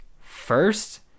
First